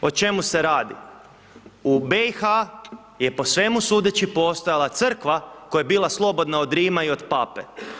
O čemu se radi, u BIH je po svemu sudeći postojala crkva koja je bila slobodna od Rima i od Pape.